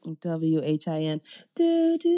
W-H-I-N